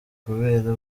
kubera